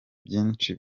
byinshi